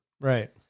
Right